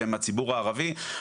שהם מהציבור הערבי.